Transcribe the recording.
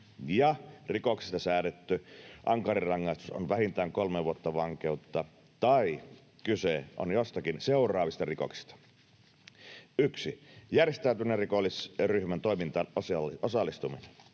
rikoksesta säädetty ankarin rangaistus on vähintään kolme vuotta vankeutta tai kyse on jostakin seuraavista rikoksista: 1) järjestäytyneen rikollisryhmän toimintaan osallistuminen